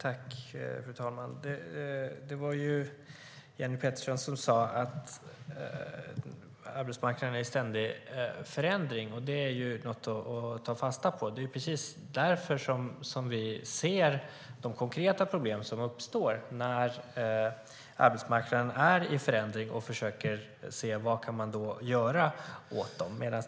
Fru talman! Det var Jenny Petersson som sade att arbetsmarknaden är i ständig förändring. Det är något att ta fasta på. Det är precis därför vi ser de konkreta problem som uppstår när arbetsmarknaden är i förändring. Vi försöker se vad som kan göras åt problemen.